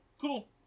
Cool